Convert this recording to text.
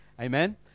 Amen